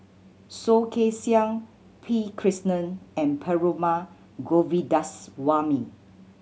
Soh Kay Siang P Krishnan and Perumal Govindaswamy